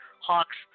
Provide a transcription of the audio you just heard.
Hawks